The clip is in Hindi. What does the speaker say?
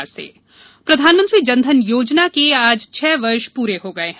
जनधन योजना प्रधानमंत्री जनधन योजना के आज छह वर्ष पूरे हो गये हैं